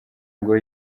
ngo